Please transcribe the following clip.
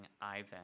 Ivan